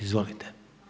Izvolite.